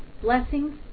blessings